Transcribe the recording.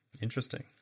Interesting